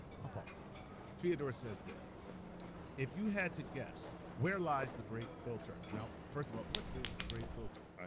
popov. fyodor says this if you had to guess, where lies the great filter? now, first of all, what is the great filter? ah